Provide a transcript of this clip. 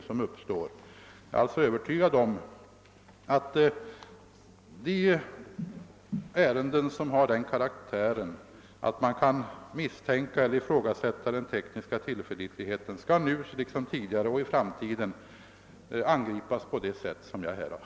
Jag är alltså övertygad om att de ärenden som har sådan karaktär att man kan ifrågasätta den tekniska tillförlitligheten skall nu och i framtiden, liksom tidigare, kunna klaras upp på ett hyggligt sätt.